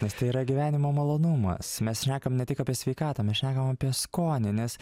nes tai yra gyvenimo malonumas mes šnekam ne tik apie sveikatą mes šnekam apie skonį nes